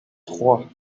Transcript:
trois